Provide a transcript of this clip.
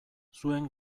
zuen